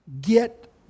get